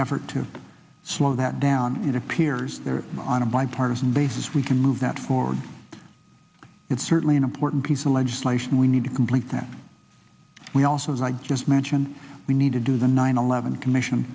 effort to slow that down it appears there on a bipartisan basis we can move that forward it's certainly an important piece of legislation we need to complete that we also as i just mentioned we need to do the nine eleven commission